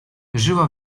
żyła